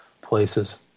places